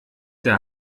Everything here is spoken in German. der